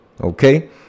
okay